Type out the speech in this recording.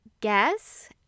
guess